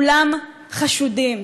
כולם חשודים.